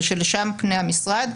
ושלשם פני המשרד.